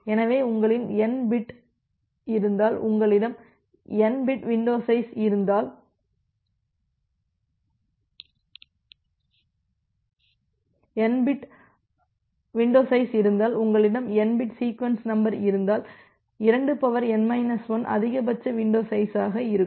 எனவே உங்களிடம் n bit இருந்தால் உங்களிடம் n பிட் வின்டோ சைஸ் இருந்தால் உங்களிடம் n பிட் சீக்வென்ஸ் நம்பர் இருந்தால்2n 1 அதிகபட்சவின்டோ சைஸாக இருக்கும்